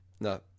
No